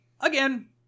again